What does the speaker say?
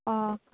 आं